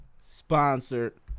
sponsored